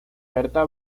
berta